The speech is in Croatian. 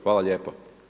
Hvala lijepo.